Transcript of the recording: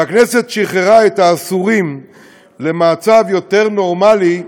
והכנסת שחררה את האסורים למצב יותר נורמלי,